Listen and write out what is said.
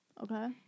Okay